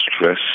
stress